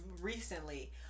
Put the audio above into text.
recently